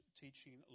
teaching